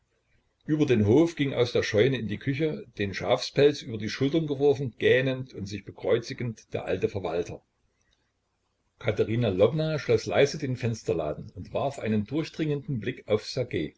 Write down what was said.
über den hof ging aus der scheune in die küche den schafspelz über die schultern geworfen gähnend und sich bekreuzigend der alte verwalter katerina lwowna schloß leise den fensterladen und warf einen durchdringenden blick auf